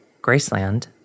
Graceland